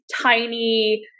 tiny